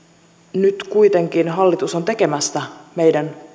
nyt kuitenkin hallitus on tekemässä meidän